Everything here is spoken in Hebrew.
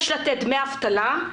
יש לתת דמי אבטלה,